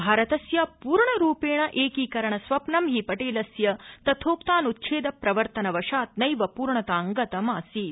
भारतस्य पूर्णरूपेण एकीकरण स्वप्नं हि पटेलस्य तथोक्तान्च्छेद प्रवर्तन वशात नैव पूर्णतां गतमासीत